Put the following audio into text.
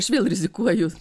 aš vėl rizikuoju